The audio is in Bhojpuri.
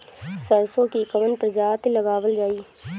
सरसो की कवन प्रजाति लगावल जाई?